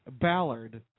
Ballard